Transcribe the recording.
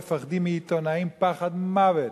מפחדים מעיתונאים פחד מוות.